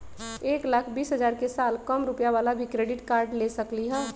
एक लाख बीस हजार के साल कम रुपयावाला भी क्रेडिट कार्ड ले सकली ह?